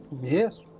yes